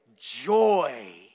Joy